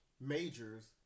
majors